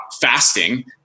fasting